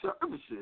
Services